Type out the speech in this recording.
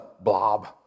blob